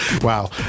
Wow